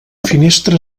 finestra